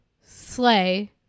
sleigh